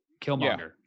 Killmonger